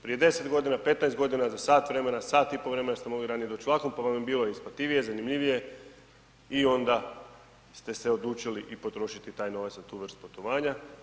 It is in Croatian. Prije 10 godina, 15 godina za sat vremena, sat i po vremena ste mogli ranije vlakom pa vam je bilo isplativije, zanimljivije i onda ste odlučili i potrošiti taj novac za tu vrstu putovanja.